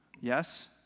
yes